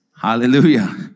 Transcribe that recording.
Hallelujah